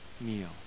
meal